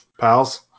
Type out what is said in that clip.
pals